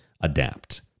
adapt